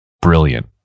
brilliant